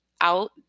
out